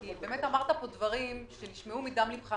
אמרת פה דברים שנשמעו מדם לבך